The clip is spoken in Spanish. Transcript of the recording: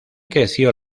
creció